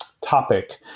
topic